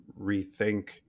rethink